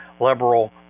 liberal